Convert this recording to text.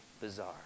bizarre